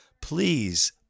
Please